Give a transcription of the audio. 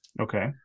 okay